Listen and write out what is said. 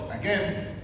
again